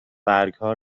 برگها